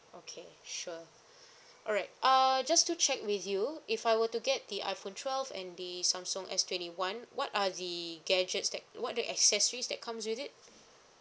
okay sure alright uh just to check with you if I were to get the iphone twelve and the samsung S twenty one what are the gadgets that what are the accessories that come with it